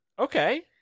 Okay